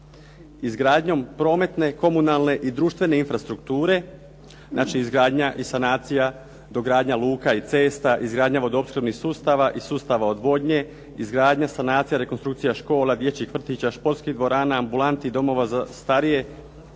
izgradnjom prometne, komunalne i društvene infrastrukture, znači izgradnja i sanacija, dogradnja luka i cesta, izgradnja vodoopskrbnih sustava i sustava odvodnje, izgradnja sanacija, rekonstrukcija škola, dječjih vrtića, športskih dvorana, ambulanti i domova za starije,